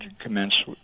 commence